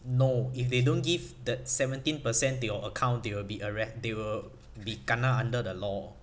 no if they don't give that seventeen percent to your account they will be arre~ they will be kena under the law